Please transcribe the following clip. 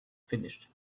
finished